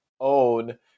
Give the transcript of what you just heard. own